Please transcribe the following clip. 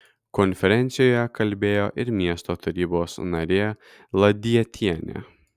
konferencijoje kalbėjo ir miesto tarybos narė ladietienė